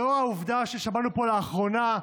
לאור העובדה ששמענו פה לאחרונה,